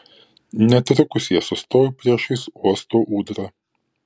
netrukus jie sustojo priešais uosto ūdrą